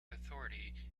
authority